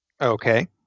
Okay